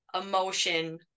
emotion